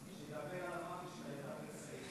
שאחד מכם ידבר על המוות של הילדה בכסייפה,